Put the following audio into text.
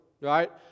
right